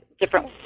Different